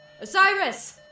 Osiris